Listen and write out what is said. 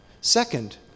Second